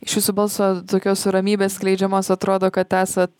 iš jūsų balso tokios ramybės skleidžiamos atrodo kad esat